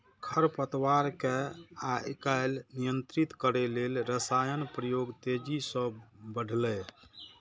खरपतवार कें आइकाल्हि नियंत्रित करै लेल रसायनक प्रयोग तेजी सं बढ़लैए